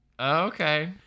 Okay